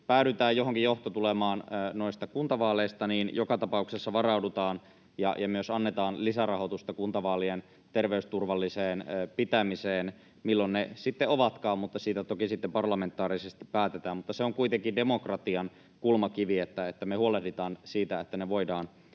päädytään johonkin johtotulemaan noista kuntavaaleista, niin joka tapauksessa varaudutaan ja myös annetaan lisärahoitusta kuntavaalien terveysturvalliseen pitämiseen — milloin ne sitten ovatkaan, mutta siitä toki sitten parlamentaarisesti päätetään. Mutta on kuitenkin demokratian kulmakivi, että me huolehditaan siitä, että ne voidaan